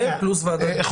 זה פלוס ועדת הביקורת.